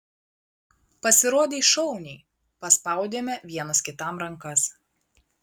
pasirodei šauniai paspaudėme vienas kitam rankas